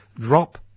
drop